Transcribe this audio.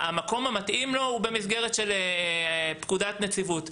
המקום המתאים לו הוא במסגרת של פקודת נציבות.